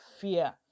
fear